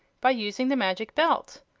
by using the magic belt.